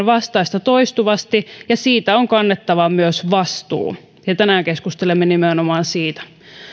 vastaista toistuvasti ja siitä on kannettava myös vastuu ja tänään keskustelemme nimenomaan siitä